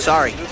Sorry